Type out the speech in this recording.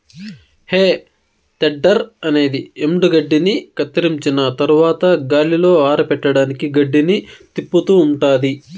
హే tedder అనేది ఎండుగడ్డిని కత్తిరించిన తరవాత గాలిలో ఆరపెట్టడానికి గడ్డిని తిప్పుతూ ఉంటాది